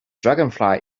dragonfly